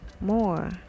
more